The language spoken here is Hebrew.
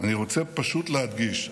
אני רוצה פשוט להדגיש: